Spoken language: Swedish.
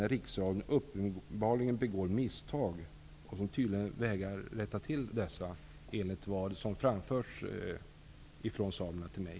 Riksradion begår uppenbarligen misstag, och tydligen vägrar man att rätta till det hela -- detta enligt vad samerna framfört till mig.